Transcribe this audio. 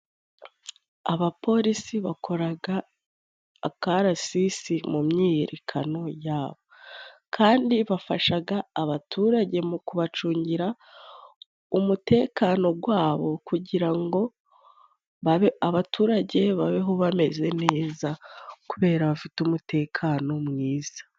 Abapolisi bakoraga akarasisi mu myiyerekano yabo kandi bafashaga abaturage mu kubacungira umutekano gwabo kugira ngo abaturage babeho bameze neza kubera bafite umutekano mwiza.